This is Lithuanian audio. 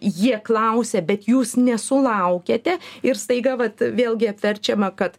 jie klausia bet jūs nesulaukiate ir staiga vat vėlgi apverčiama kad